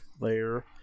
layer